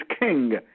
king